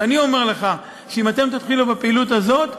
אבל אני אומר לך שאם אתם תתחילו בפעילות הזאת,